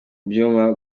byuma